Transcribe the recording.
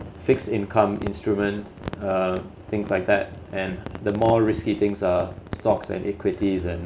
fixed income instrument um things like that and the more risky things are stocks and equities and